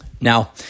Now